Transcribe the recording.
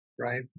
Right